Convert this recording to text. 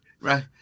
Right